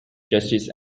justice